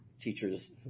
teachers